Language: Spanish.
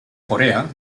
corea